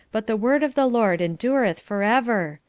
but the word of the lord endureth for ever,